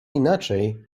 inaczej